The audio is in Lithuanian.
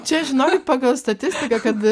čia žinokit pagal statistiką kad